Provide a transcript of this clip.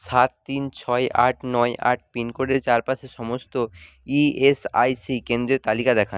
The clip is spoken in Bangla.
সাত তিন ছয় আট নয় আট পিনকোডের চারপাশে সমস্ত ইএসআইসি কেন্দ্রের তালিকা দেখান